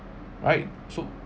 alright so